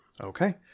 Okay